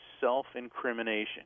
self-incrimination